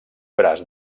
braç